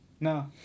No